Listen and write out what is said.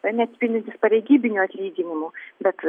neatsispindintys pareigybinio atlyginimo bet